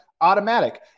automatic